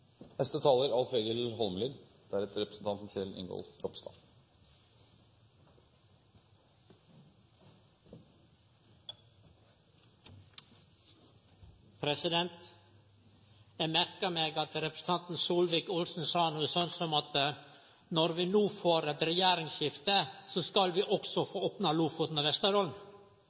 merka meg at representanten Solvik-Olsen sa noko sånt som at når vi får eit regjeringsskifte, skal vi også få opna Lofoten og Vesterålen.